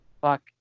Fuck